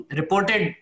reported